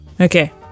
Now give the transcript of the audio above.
Okay